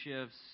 shifts